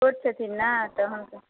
छोट छथिन ने तऽ हुनका